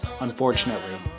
Unfortunately